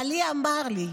בעלי אמר לי: